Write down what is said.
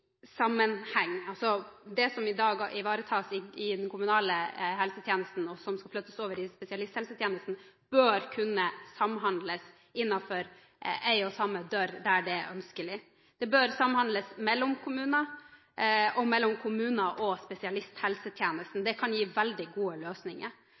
sammenheng – det som i dag ivaretas i den kommunale helsetjenesten, og som skal flyttes over i spesialisthelsetjenesten, bør kunne samhandles innenfor en og samme dør der det er ønskelig. Det bør samhandles mellom kommuner, og mellom kommuner og spesialisthelsetjenesten. Det kan gi veldig gode løsninger.